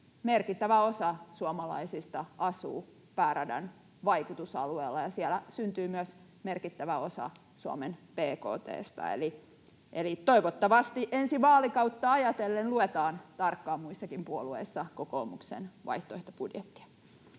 Merkittävä osa suomalaisista asuu pääradan vaikutusalueella, ja siellä syntyy myös merkittävä osa Suomen bkt:stä. Eli toivottavasti ensi vaalikautta ajatellen luetaan tarkkaan muissakin puolueissa kokoomuksen vaihtoehtobudjettia.